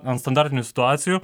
ant standartinių situacijų